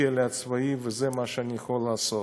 לכלא הצבאי, וזה מה שאני יכול לעשות.